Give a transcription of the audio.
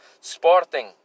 Sporting